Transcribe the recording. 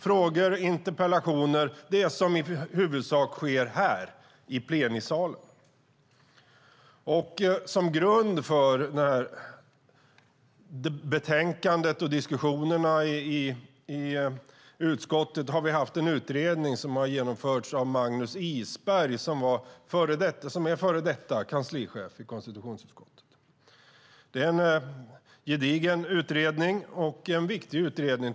Frågor och interpellationer är sådant som i huvudsak sker här i plenisalen. Som grund för betänkandet och diskussionerna i utskottet har vi haft en utredning som har genomförts av Magnus Isberg, före detta kanslichef i konstitutionsutskottet. Det är en gedigen och viktig utredning.